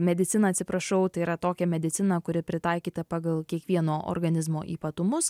mediciną atsiprašau tai yra tokią mediciną kuri pritaikyta pagal kiekvieno organizmo ypatumus